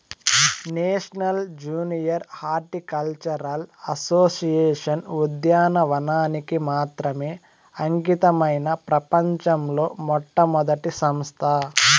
national junior horticultural association ఉద్యానవనానికి మాత్రమే అంకితమైన ప్రపంచంలో మొట్టమొదటి సంస్థ